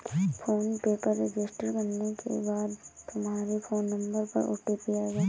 phone पे पर register करने के बाद तुम्हारे फोन नंबर पर ओ.टी.पी आएगा